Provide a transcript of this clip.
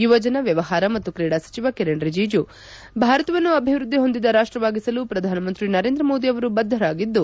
ಯುವಜನ ವ್ಯವಹಾರ ಮತ್ತು ಕ್ರೀಡಾ ಸಚಿವ ಕಿರೇಣ್ ರಿಜಿಜು ಭಾರತವನ್ನು ಅಭಿವೃದ್ಧಿ ಹೊಂದಿದ ರಾಷ್ಟವಾಗಿಸಲು ಪ್ರಧಾನಮಂತ್ರಿ ಸರೇಂದ್ರ ಮೋದಿ ಅವರು ಬದ್ದರಾಗಿದ್ದು